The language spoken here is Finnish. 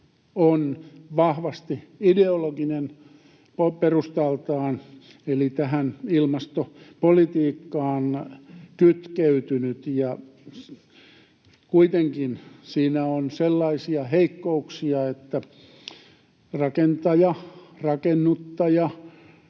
on vahvasti ideologinen perustaltaan eli tähän ilmastopolitiikkaan kytkeytynyt. Kuitenkin siinä on sellaisia heikkouksia, että rakentaja, rakennuttaja,